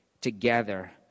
together